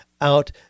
out